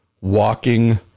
walking